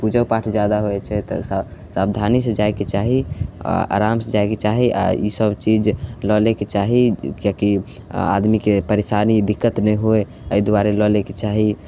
तऽ पूजो पाठ जादा होइ छै तऽ साफ सावधानीसे जाइके चाही आओर आरामसे जाइके चाही आओर ईसब चीज लऽ लैके चाही किएकि आदमीके परेशानी दिक्कत नहि होइ एहि दुआरे लऽ लैके चाही